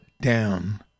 down